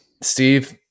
Steve